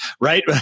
right